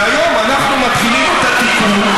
והיום אנחנו מתחילים את התיקון,